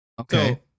Okay